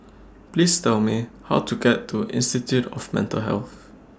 Please Tell Me How to get to Institute of Mental Health